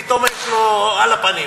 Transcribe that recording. פתאום יש לו על הפנים.